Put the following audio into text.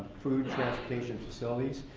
food, transportation, facilities.